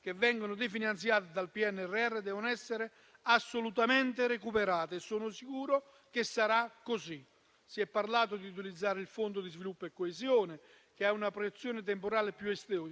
che vengono definanziate dal PNRR, devono essere assolutamente recuperate e sono sicuro che sarà così. Si è parlato di utilizzare il fondo per lo sviluppo e la coesione, che ha una proiezione temporale più